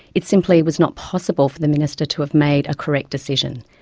it simply was not possible for the minister to have made a correct decision,